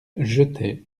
jetaient